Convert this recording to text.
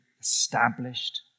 established